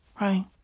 Right